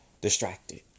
distracted